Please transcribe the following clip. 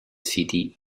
city